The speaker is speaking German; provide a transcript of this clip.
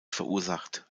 verursacht